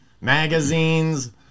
magazines